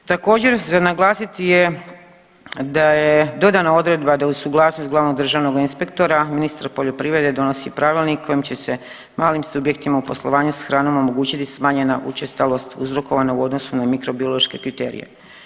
Također, za naglasiti je da je dodana odredba da uz suglasnost glavnog državnog inspektora ministra poljoprivrede donosi pravilnik kojim će se malim subjektima u poslovanju s hranom omogućiti smanjena učestalost uzrokovana u odnosu na mikrobiološke kriterije.